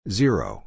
zero